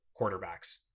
quarterbacks